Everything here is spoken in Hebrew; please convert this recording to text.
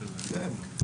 כן.